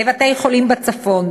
לבתי-חולים בצפון,